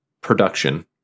production